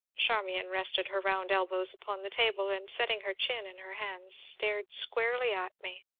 charmian rested her round elbows upon the table, and, setting her chin in her hands, stared squarely at me.